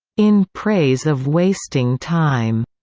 in praise of wasting time,